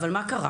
אבל מה קרה?